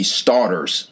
starters